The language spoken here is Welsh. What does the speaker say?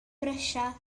brysia